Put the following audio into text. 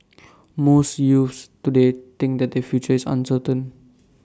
most youths today think that their future is uncertain